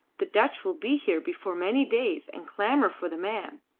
the dutch will be here before many days and clamour for the man.